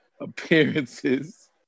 appearances